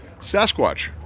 sasquatch